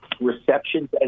receptions